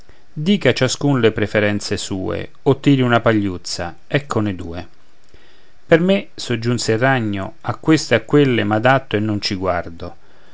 dica ciascun le preferenze sue o tiri una pagliuzza eccone due per me soggiunse il ragno a queste o a quelle m'adatto e non ci guardo